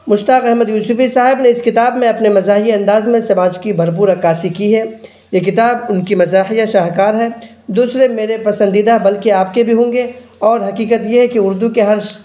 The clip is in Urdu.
مشتاق احمد یوسفی صاحب نے اس کتاب میں اپنے مزاحیہ انداز میں سماج کی بھرپور عکاسی کی ہے یہ کتاب ان کی مزاحیہ شاہکار ہے دوسرے میرے پسندیدہ بلکہ آپ کے بھی ہوں گے اور حقیقت یہ ہے کہ اردو کے ہرش